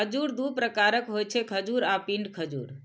खजूर दू प्रकारक होइ छै, खजूर आ पिंड खजूर